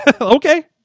Okay